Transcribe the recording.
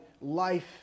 life